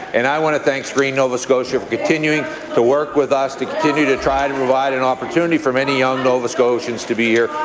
and i want to thank screen nova scotia for continuing to work with us to continue to try to provide an opportunity for many young nova scotians to be here.